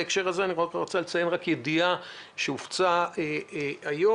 בהקשר הזה אני רוצה לציין ידיעה שהופצה היום,